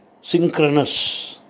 synchronous